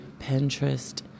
Pinterest